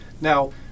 Now